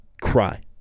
cry